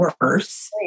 worse